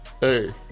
Hey